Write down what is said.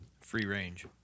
Free-range